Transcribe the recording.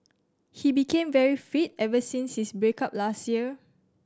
he became very fit ever since his break up last year